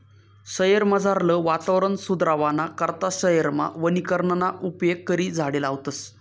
शयेरमझारलं वातावरण सुदरावाना करता शयेरमा वनीकरणना उपेग करी झाडें लावतस